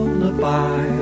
Lullaby